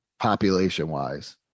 population-wise